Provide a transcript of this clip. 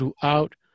throughout